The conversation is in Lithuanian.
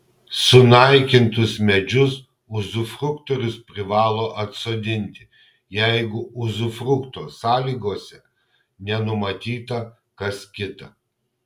sunaikintus medžius uzufruktorius privalo atsodinti jeigu uzufrukto sąlygose nenumatyta kas kita